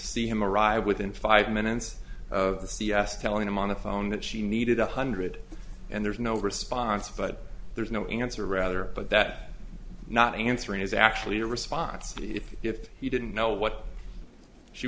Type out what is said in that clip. see him arrive within five minutes of the c s telling him on the phone that she needed one hundred and there's no response by there's no answer rather but that not answering is actually a response to if if he didn't know what she